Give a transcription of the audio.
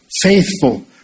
faithful